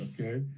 Okay